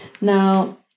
Now